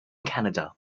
canada